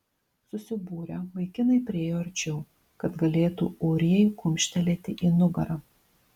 susibūrę vaikinai priėjo arčiau kad galėtų ūrijai kumštelėti į nugarą